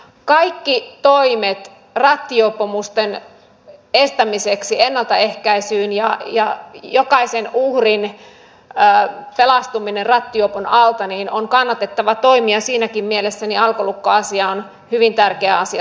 kaikki toimet rattijuopumusten estämiseksi ennalta ja jokaisen uhrin pelastumiseksi rattijuopon alta ovat kannatettavia toimia ja siinäkin mielessä alkolukkoasia on hyvin tärkeä asia saattaa maaliinsa